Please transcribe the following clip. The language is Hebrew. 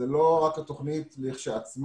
זאת לא רק התוכנית כשלעצמה,